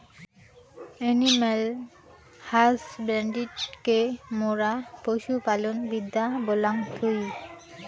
animal হাসব্যান্ড্রিকে মোরা পশু পালন বিদ্যা বলাঙ্গ থুই